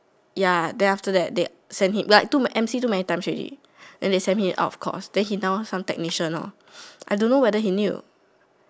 ya then after that they send him like took M_C too many times already then they send him out of course then he now some technician lor I don't know whether he need to